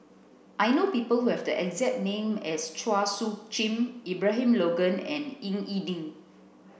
I know people who have the exact name as Chua Soo Khim Abraham Logan and Ying E Ding